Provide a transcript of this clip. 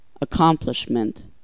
Accomplishment